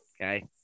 Okay